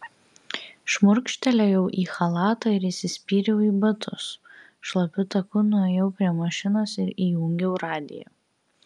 šmurkštelėjau į chalatą ir įsispyriau į batus šlapiu taku nuėjau prie mašinos ir įjungiau radiją